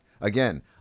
again